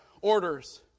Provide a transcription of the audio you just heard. orders